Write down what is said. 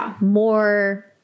more